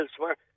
elsewhere